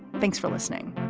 thanks for listening